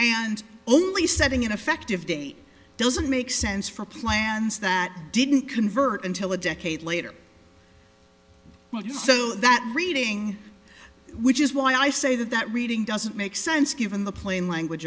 and only setting an effective date doesn't make sense for plans that didn't convert until a decade later so that reading which is why i say that that reading doesn't make sense given the plain language